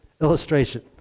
illustration